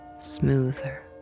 Smoother